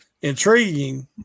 intriguing